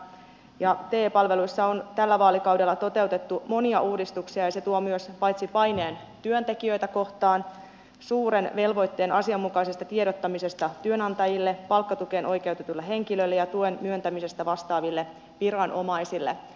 te palveluissa on tällä vaalikaudella toteutettu monia uudistuksia ja se tuo myös paitsi paineen työntekijöitä kohtaan myös suuren velvoitteen asianmukaisesta tiedottamisesta työnantajille palkkatukeen oikeutetuille henkilöille ja tuen myöntämisestä vastaaville viranomaisille